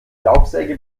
laubsäge